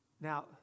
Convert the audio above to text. Now